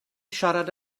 siarad